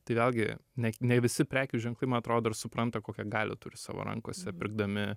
tai vėlgi ne ne visi prekių ženklai man atrodo dar supranta kokią galią turi savo rankose pirkdami